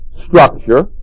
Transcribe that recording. structure